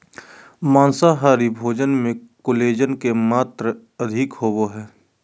माँसाहारी भोजन मे कोलेजन के मात्र अधिक होवो हय